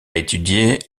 étudié